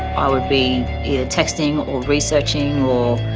i would be texting or researching or